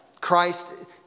Christ